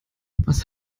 was